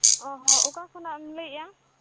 ᱚ ᱦᱚ ᱚᱠᱟ ᱠᱷᱚᱱᱟᱜᱼᱮᱢ ᱞᱟᱹᱭᱮᱜᱼᱟ